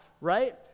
right